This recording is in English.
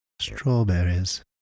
strawberries